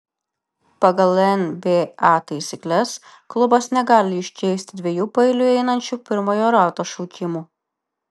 pagal nba taisykles klubas negali iškeisti dviejų paeiliui einančių pirmojo rato šaukimų